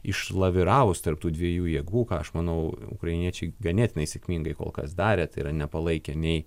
išlaviravus tarp tų dviejų jėgų ką aš manau ukrainiečiai ganėtinai sėkmingai kol kas darė tai yra nepalaikė nei